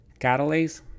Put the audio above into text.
Catalase